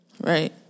Right